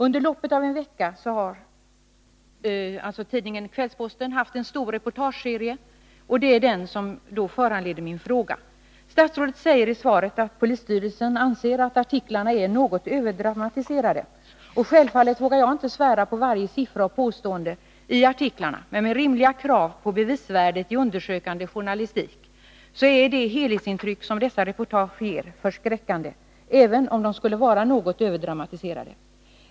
Under loppet av en vecka har tidningen Kvällsposten haft en stor reportageserie, och det är den som har föranlett min fråga. Statsrådet sägeri Nr 76 svaret att polisstyrelsen anser att artiklarna är ”något överdramatiserade”. Tisdagen den Självfallet vågar jag inte svära på varje siffra och påstående i artiklarna, men — 10 februari 1981 med rimliga krav på bevisvärdet i undersökande journalistik är det helhetsintryck som dessa reportage ger förskräckande — även om de skulle vara ”något överdramatiserade”.